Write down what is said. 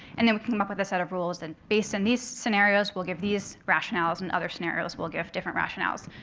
and then we came up with a set of rules that, and based on these scenarios, we'll give these rationales. in other scenarios, we'll give different rationales.